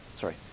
sorry